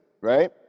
right